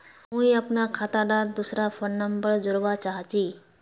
मुई अपना खाता डात दूसरा फोन नंबर जोड़वा चाहची?